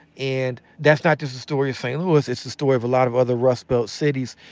and that's not just the story of st. louis, it's the story of a lot of other rust belt cities.